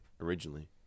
originally